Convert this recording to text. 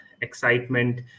excitement